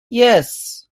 yes